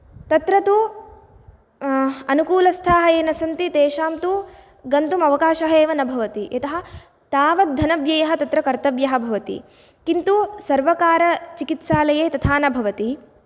तत्र तु अनुकूलस्थाः ये न सन्ति तेषां तु गन्तुमवकाशः एव न भवति यतः तावत् धनव्ययः तत्र कर्तव्यः भवति किन्तु सर्वकारचिकित्सालये तथा न भवति